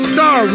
Star